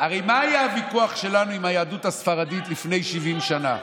הרי מה היה הוויכוח שלנו עם היהדות הספרדית לפני 70 שנה?